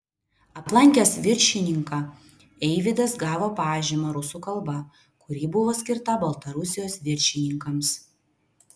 aplankęs viršininką eivydas gavo pažymą rusų kalba kuri buvo skirta baltarusijos viršininkams